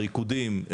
ריקודים,